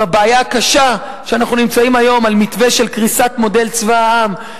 עם הבעיה הקשה שאנחנו נמצאים היום על מתווה של קריסת מודל צבא העם,